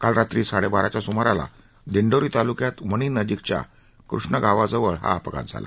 काल रात्री साडेबाराच्या सुमाराला दिंडोरी तालुक्यात वणीनजीकच्या कृष्णगावाजवळ हा अपघात झाला